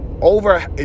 over